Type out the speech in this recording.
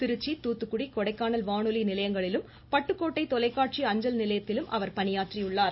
திருச்சி தூத்துக்குடி கொடைக்கானல் வானொலி நிலையங்களிலும் பட்டுக்கோட்டை தொலைக்காட்சி அஞ்சல் நிலையத்திலும் அவர் பணியாற்றி உள்ளார்